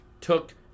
took